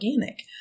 organic